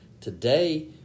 Today